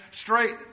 straight